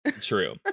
true